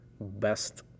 best